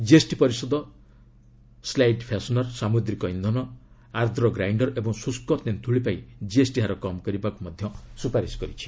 GST ପରିଷଦ slide fastener ସାମୁଦ୍ରିକ ଇନ୍ଧନ ଆର୍ଦ୍ର ଗ୍ରାଇଣ୍ଡର୍ ଓ ଶୁଷ୍କ ତେନ୍ତୁଳି ପାଇଁ ଜିଏସ୍ଟି ହାର କମ୍ କରିବାକୁ ମଧ୍ୟ ସ୍ୱପାରିସ୍ କରିଛି